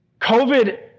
COVID